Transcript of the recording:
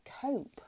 cope